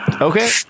Okay